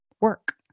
work